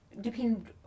depending